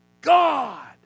God